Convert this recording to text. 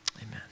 Amen